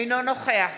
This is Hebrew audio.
אינו נוכח